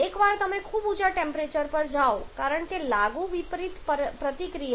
એકવાર તમે ખૂબ ઊંચા ટેમ્પરેચર પર જાઓ કારણ કે લાગુ વિપરીત પ્રતિક્રિયાઓ